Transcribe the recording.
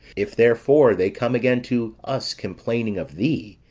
if, therefore, they come again to us complaining of thee,